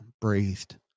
breathed